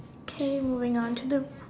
okay moving on to the